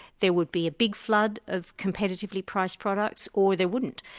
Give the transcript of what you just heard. there would be a big flood of competitively priced products, or there wouldn't.